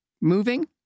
moving